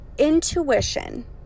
intuition